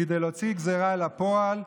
כי כדי להוציא גזרה אל הפועל,